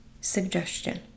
suggestion